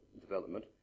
development